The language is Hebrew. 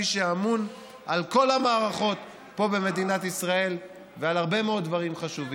מי שאמון על כל המערכות פה במדינת ישראל ועל הרבה מאוד דברים חשובים.